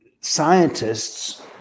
scientists